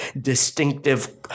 distinctive